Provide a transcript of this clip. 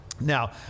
Now